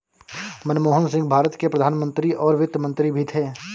मनमोहन सिंह भारत के प्रधान मंत्री और वित्त मंत्री भी थे